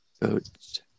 Boats